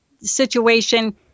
situation